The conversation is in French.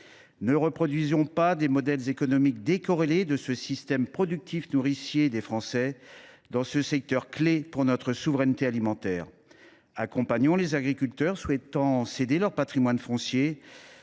Ne reproduisons pas des modèles économiques décorrélés de ce système productif nourricier des Français, dans ce secteur clé pour notre souveraineté alimentaire. Accompagnons les agriculteurs souhaitant céder leur patrimoine foncier,